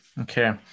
Okay